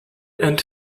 and